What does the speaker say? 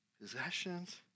possessions